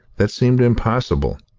that seemed impossible.